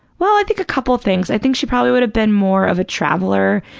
well, i think a couple things. i think she probably would have been more of a traveler.